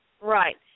Right